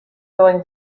going